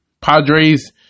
Padres